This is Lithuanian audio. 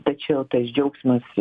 tačiau tas džiaugsmas